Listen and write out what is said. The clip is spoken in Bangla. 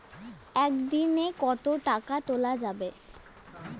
একদিন এ কতো টাকা তুলা যাবে?